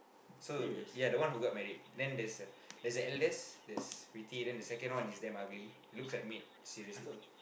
so ya the one who got married then there's a there's a eldest that's pretty then the second is damn ugly looks like maid seriously